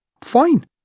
Fine